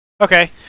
Okay